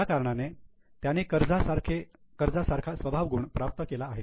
त्या कारणाने त्याने कर्जा सारखा स्वभाव गुण प्राप्त केला आहे